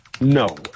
No